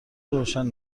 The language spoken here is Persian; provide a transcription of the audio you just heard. روشن